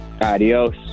Adios